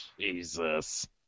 Jesus